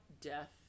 death